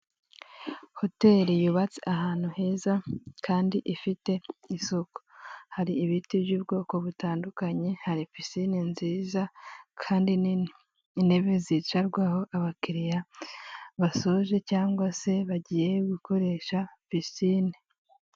Hoteli yubatse ahantu heza kandi ifite isuku, hari ibiti by'ubwoko butandukanye hari pisinine nziza kandi nini, intebe zicarwaho abakiriya basoje cyangwa se bagiye gukoresha pisine.